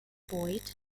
boyd